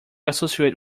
associate